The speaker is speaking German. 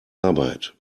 arbeit